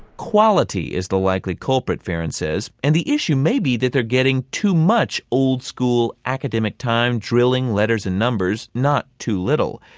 quality is the likely culprit, farran said. and the issue may be that they're getting too much old-school academic time drilling letters and numbers, not too little.